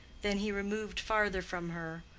then he removed farther from her,